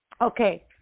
Okay